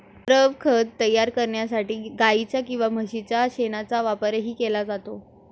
द्रवखत तयार करण्यासाठी गाईच्या किंवा म्हशीच्या शेणाचा वापरही केला जातो